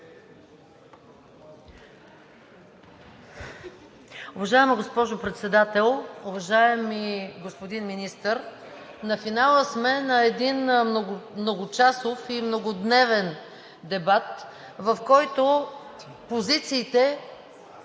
Уважаеми господин Председател, уважаеми господин Министър! На финала сме на един многочасов и многодневен дебат, в който позициите